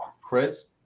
Chris